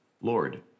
Lord